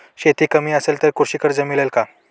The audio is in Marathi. शेती कमी असेल तर कृषी कर्ज मिळेल का?